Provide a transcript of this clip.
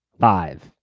five